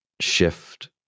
shift